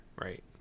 right